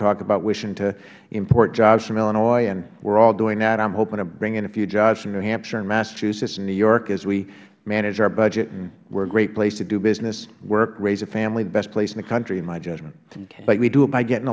talk about wishing to import jobs from illinois and we are all doing that i am hoping to bring in a few jobs from new hampshire and massachusetts and new york as we manage our budget we are a great place to do business work raise a family the best place in the country in my judgment and we do it by getting